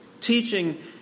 teaching